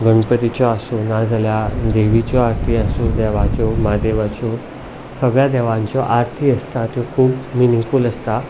गणपतीच्यो आसूं ना जाल्यार देवीच्यो आरती आसूं देवाच्यो म्हादेवाच्यो सगळ्यां देवाच्यो आरती आसता त्यो खूब मिनिंगफूल आसता